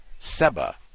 Seba